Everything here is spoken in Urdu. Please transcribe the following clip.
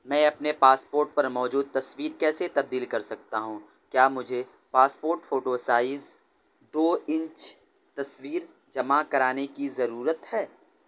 میں اپنے پاسپورٹ پر موجود تصویر کیسے تبدیل کر سکتا ہوں کیا مجھے پاسپورٹ فوٹو سائز دو انچ تصویر جمع کرانے کی ضرورت ہے